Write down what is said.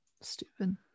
stupid